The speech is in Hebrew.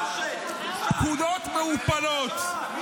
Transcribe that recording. פקודות מעורפלות,